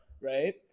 Right